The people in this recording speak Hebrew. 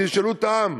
תשאלו את העם.